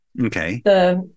Okay